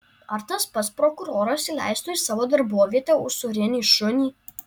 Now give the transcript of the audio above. ar tas pats prokuroras įleistų į savo darbovietę usūrinį šunį